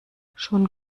schon